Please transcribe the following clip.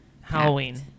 halloween